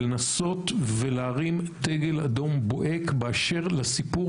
ולנסות ולהרים דגל אדום בוהק באשר לסיפור